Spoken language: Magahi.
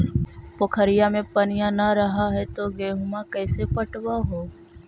पोखरिया मे पनिया न रह है तो गेहुमा कैसे पटअब हो?